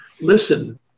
Listen